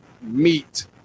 meet